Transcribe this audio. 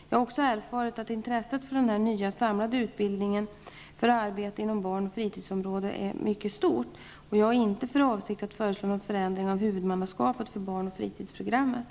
Jag har också erfarit att intresset för denna nya samlade utbildning för arbete inom barn och fritidsområdet är mycket stort. Jag har inte för avsikt att föreslå någon förändring av huvudmannaskapet för barn och fritidsprogrammet.